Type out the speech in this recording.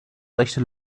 rechte